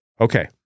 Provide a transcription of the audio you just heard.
Okay